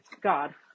God